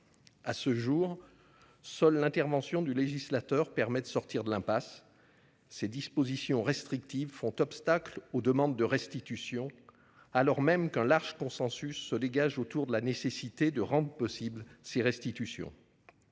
À ce jour, seule l'intervention du législateur permet de sortir de l'impasse. Ces dispositions restrictives font obstacle aux demandes de restitution, alors même qu'un large consensus se dégage autour de la nécessité de les rendre possibles.